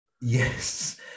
Yes